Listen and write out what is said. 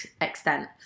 extent